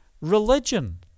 religion